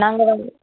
நாங்கள் வந்து